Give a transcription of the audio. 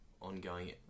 ongoing